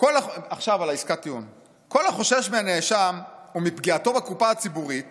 עכשיו על העסקת טיעון: "כל החושש מן הנאשם ומפגיעתו בקופה הציבורית